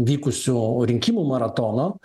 vykusių rinkimų maratono